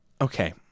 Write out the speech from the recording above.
Okay